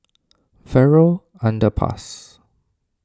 Farrer Underpass